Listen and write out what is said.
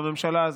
בממשלה הזאת.